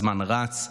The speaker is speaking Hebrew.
הזמן רץ,